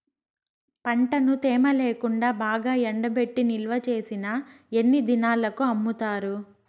పంటను తేమ లేకుండా బాగా ఎండబెట్టి నిల్వచేసిన ఎన్ని దినాలకు అమ్ముతారు?